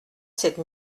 cette